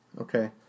Okay